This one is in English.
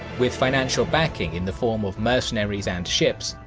with financial backing in the form of mercenaries and ships,